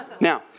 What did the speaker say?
Now